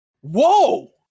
whoa